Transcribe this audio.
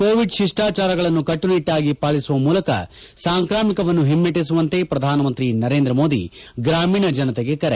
Covid ಶಿಷ್ಟಾಚಾರಗಳನ್ನು ಕಟ್ಟುನಿಟ್ಟಾಗಿ ಪಾಲಿಸುವ ಮೂಲಕ ಸಾಂಕ್ರಾಮಿಕವನ್ನು ಹಿಮ್ಮೆಟ್ಟಿಸುವಂತೆ ಪ್ರಧಾನಮಂತ್ರಿ ನರೇಂದ್ರಮೋದಿ ಗ್ರಾಮೀಣ ಜನತೆಗೆ ಕರೆ